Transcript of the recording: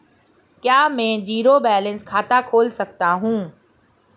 क्या मैं zero balance खाता खोल सकता हूँ?